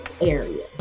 area